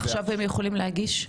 עכשיו הם יכולים להגיש?